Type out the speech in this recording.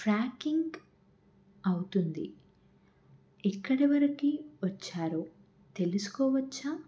tracking అవుతుంది ఎక్కడి వరకు వచ్చారో తెలుసుకోవచ్చా